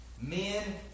Men